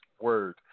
Word